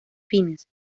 fines